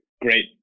Great